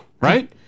Right